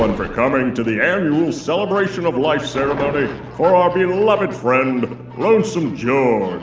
for coming into the annual celebration-of-life ceremony for our beloved friend lonesome george.